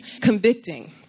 convicting